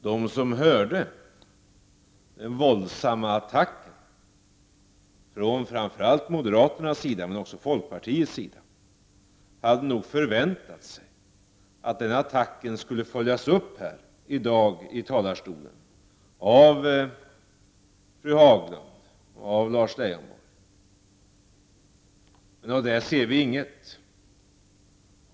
De som hörde de våldsamma attackerna från framför allt moderaterna men även från folk partiet hade nog förväntat sig att dessa skulle följas upp i dag från denna talarstol av fru Haglund och Lars Leijonborg. Men av det ser vi inget.